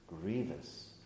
grievous